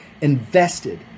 invested